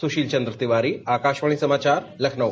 सुशील चन्द्र तिवारी आकाशवाणी समाचार लखनऊ